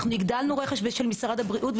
אנחנו הגדלנו רכש בשל משרד הבריאות,